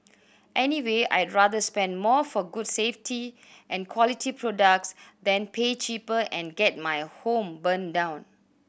anyway I'd rather spend more for good safety and quality products than pay cheaper and get my home burnt down